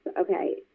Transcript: okay